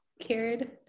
cared